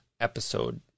episode